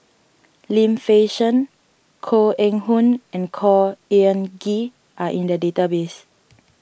Lim Fei Shen Koh Eng Hoon and Khor Ean Ghee are in the database